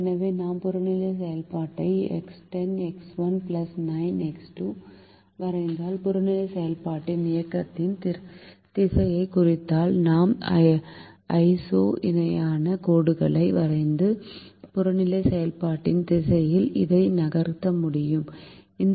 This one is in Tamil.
எனவே நாம் புறநிலை செயல்பாட்டை 10X1 9X2 வரைந்தால் புறநிலை செயல்பாட்டின் இயக்கத்தின் திசையைக் குறித்தால் நாம் ஐசோ இணையான கோடுகளை வரைந்து புறநிலை செயல்பாட்டின் திசையில் இதை நகர்த்த முயற்சிக்கிறோம்